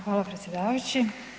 Hvala predsjedavajući.